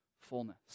fullness